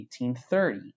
1830